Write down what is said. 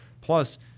Plus